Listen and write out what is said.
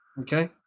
Okay